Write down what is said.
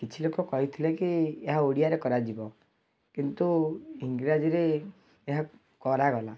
କିଛି ଲୋକ କହିଥିଲେ କି ଏହା ଓଡ଼ିଆରେ କରାଯିବ କିନ୍ତୁ ଇଂରାଜୀରେ ଏହାକୁ କରାଗଲା